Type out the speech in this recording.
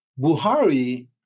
Buhari